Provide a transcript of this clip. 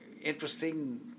interesting